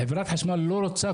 חברת חשמל לא רוצה,